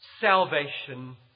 salvation